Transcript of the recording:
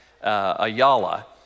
Ayala